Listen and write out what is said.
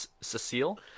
cecile